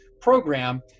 program